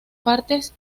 partes